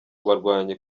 barwanyi